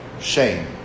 Shame